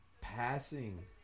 passing